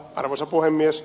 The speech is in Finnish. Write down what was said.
arvoisa puhemies